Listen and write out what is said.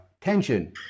tension